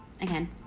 again